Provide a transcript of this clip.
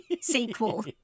sequel